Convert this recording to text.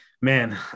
man